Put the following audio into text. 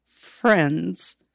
friends